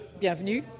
Bienvenue